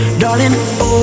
darling